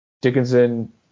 Dickinson